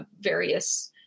various